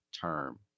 term